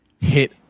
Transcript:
hit